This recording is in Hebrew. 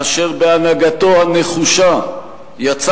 אשר בהנהגתו הנחושה יצא